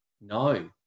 No